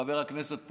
חבר הכנסת פרוש?